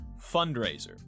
fundraiser